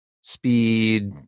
speed